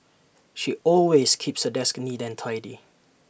she always keeps her desk neat and tidy